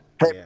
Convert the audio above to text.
Hey